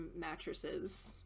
mattresses